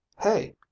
hey